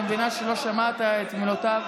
אני מבינה שלא שמעת את מילותיו,